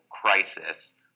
crisis